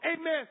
amen